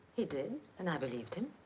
he did. and i believed him.